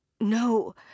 No